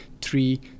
three